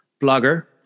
blogger